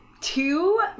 Two